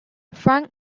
frank